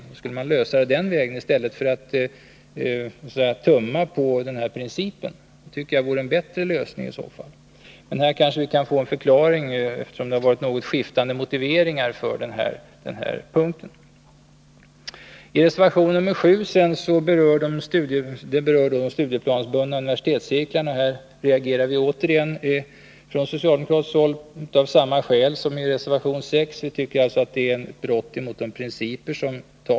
Man skulle kunna lösa problemet den vägen i stället för att tumma på principen. Det vore en bättre lösning. Vi kanske kan få en förklaring, eftersom motiveringarna har varit något skiftande. Reservation nr 7 rör de studieplansbundna universitetscirklarna. Här reagerar vi återigen från socialdemokratiskt håll av samma skäl som när det gäller reservation 6. Vi tycker alltså att det är brott mot principerna.